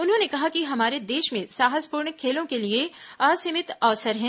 उन्होंने कहा कि हमारे देश में साहसपूर्ण खेलों के लिए असीमित अवसर हैं